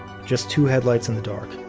just two headlights in the dark